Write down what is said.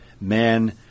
man